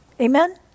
Amen